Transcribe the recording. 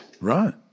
Right